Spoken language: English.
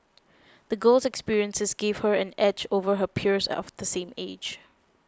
the girl's experiences gave her an edge over her peers of the same age